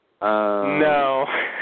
No